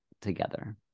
together